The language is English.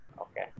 Okay